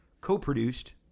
co-produced